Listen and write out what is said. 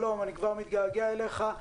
שלום, אני כבר מתגעגע אליך.